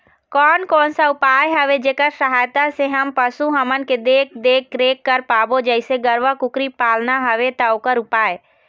कोन कौन सा उपाय हवे जेकर सहायता से हम पशु हमन के देख देख रेख कर पाबो जैसे गरवा कुकरी पालना हवे ता ओकर उपाय?